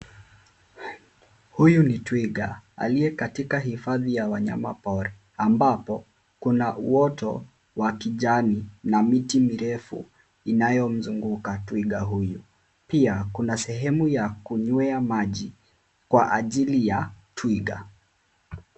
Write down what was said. Huyu ni twiga. aliye katika hifadhi ya wanyamapori, ambapo kuna uwoto wa kijani namiti mirefu inayomzunguka twiga huyu. Pia kuna sehemu ya kunywea maji kwa ajili ya twiga.